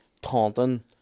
taunting